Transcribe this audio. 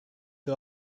too